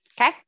okay